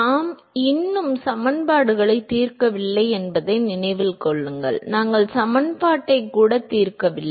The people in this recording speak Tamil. நாம் இன்னும் சமன்பாடுகளை தீர்க்கவில்லை என்பதை நினைவில் கொள்ளுங்கள் நாங்கள் சமன்பாட்டை கூட தீர்க்கவில்லை